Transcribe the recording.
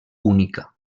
única